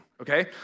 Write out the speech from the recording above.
okay